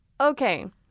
okay